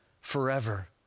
forever